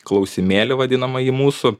klausimėlį vadinamąjį mūsų